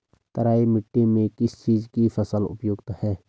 तराई मिट्टी में किस चीज़ की फसल उपयुक्त है?